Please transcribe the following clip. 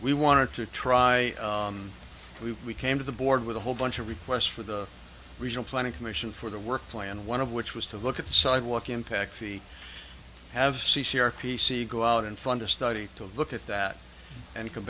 we wanted to try we came to the board with a whole bunch of requests for the regional planning commission for the work plan one of which was to look at the sidewalk impact the have c c r p c go out and funded study to look at that and come